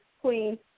Queen